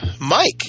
Mike